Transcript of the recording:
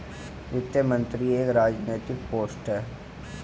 वित्त मंत्री एक राजनैतिक पोस्ट है